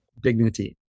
dignity